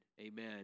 amen